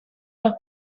los